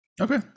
Okay